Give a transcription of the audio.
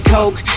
Coke